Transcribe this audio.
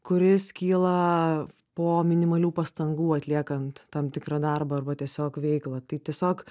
kuris kyla po minimalių pastangų atliekant tam tikrą darbą arba tiesiog veiklą tai tiesiog